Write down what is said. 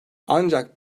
ancak